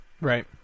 Right